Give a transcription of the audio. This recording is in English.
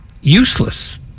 useless